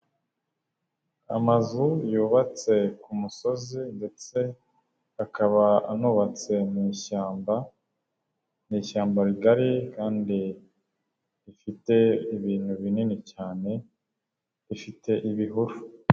Amazu yubatse ku musozi ndetse akaba anubatse mu ishyamba. Ni ishyamba rigari kandi rifite ibintu binini cyane bifite ibihuru.